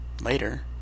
Later